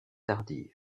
tardive